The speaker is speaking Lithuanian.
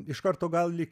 iš karto gali